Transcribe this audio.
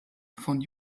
von